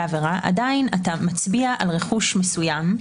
עבירה עדיין אתה מצביע על רכוש מסוים,